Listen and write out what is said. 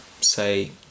say